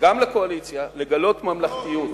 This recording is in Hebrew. וגם לקואליציה, לגלות ממלכתיות,